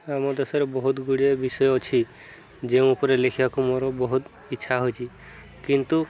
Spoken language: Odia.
ଆମ ଦେଶରେ ବହୁତ ଗୁଡ଼ିଏ ବିଷୟ ଅଛି ଯେଉଁ ଉପରେ ଲେଖିବାକୁ ମୋର ବହୁତ ଇଚ୍ଛା ହେଉଛି କିନ୍ତୁ